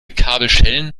kabelschellen